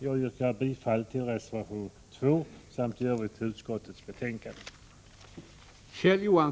Jag yrkar bifall till reservation 2 samt i övrigt till utskottets hemställan.